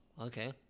okay